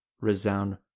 resound